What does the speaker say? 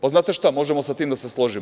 Pa, znate šta, možemo sa tim da se složimo.